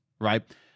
right